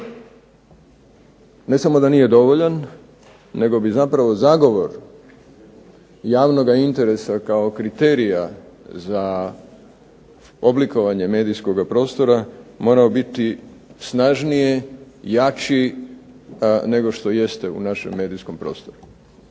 Ne samo da nije dovoljan nego bi zapravo zagovor javnoga interesa kao kriterija za oblikovanje medijskoga prostora morao biti snažniji, jači nego što jeste u našem medijskom prostoru.